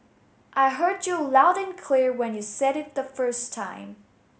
I heard you loud and clear when you said it the first time